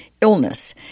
illness